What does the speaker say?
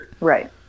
Right